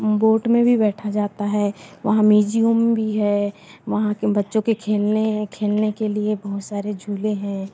boat में भी बैठा जाता है वहाँ म्यूजियम भी है वहाँ के बच्चों के खेलने हैं खेलने के लिए बहुत सारे झूले हैं